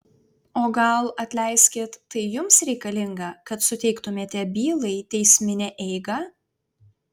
o gal atleiskit tai jums reikalinga kad suteiktumėte bylai teisminę eigą